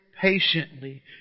patiently